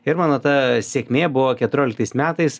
ir mano ta sėkmė buvo keturioliktais metais